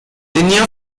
tenía